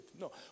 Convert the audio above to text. No